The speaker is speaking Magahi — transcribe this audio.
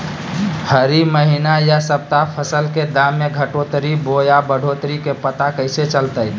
हरी महीना यह सप्ताह फसल के दाम में घटोतरी बोया बढ़ोतरी के पता कैसे चलतय?